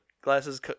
Glasses